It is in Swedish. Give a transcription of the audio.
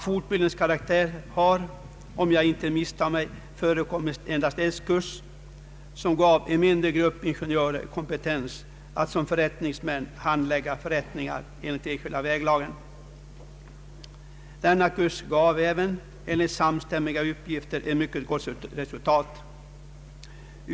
Fortbildning har, om jag inte misstar mig, förekommit endast i form av en kurs som gav en mindre grupp ingenjörer kompetens att som förrättningsmän handlägga förrättningar enligt lagen om enskilda vägar. Denna kurs gav enligt samstämmiga uppgifter ett mycket gott resultat.